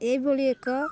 ଏଭଳି ଏକ